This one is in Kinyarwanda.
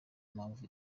mpamvu